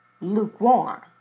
lukewarm